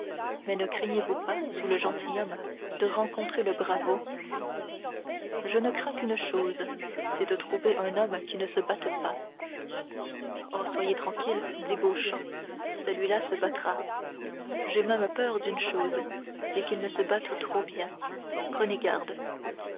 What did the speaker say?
mais ne craignez-vous pas sous le gentilhomme de rencontrer le bravo je ne crains qu'une chose c'est de trouver un homme qui ne se batte pas oh soyez tranquille dit beauchamp celui-là se battra j'ai même peur d'une chose c'est qu'il ne se batte trop bien prenez garde